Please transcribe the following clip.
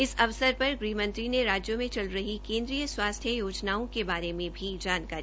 इस अवसर पर गृह मंत्री ने राज्यों में चल रही केन्द्रीय स्वास्थ्य योजनाओं के बारे में भी बताया